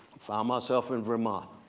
found myself in vermont.